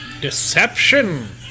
Deception